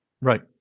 Right